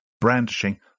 brandishing